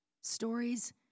Stories